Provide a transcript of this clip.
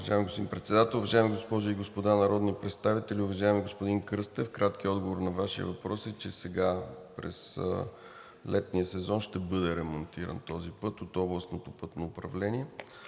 Уважаеми господин Председател, уважаеми госпожи и господа народни представители! Уважаеми господин Кръстев, краткият отговор на Вашия въпрос е, че сега през летния сезон ще бъде ремонтиран този път от Областното пътно управление.